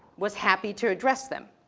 was happy to address them.